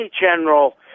General